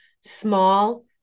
small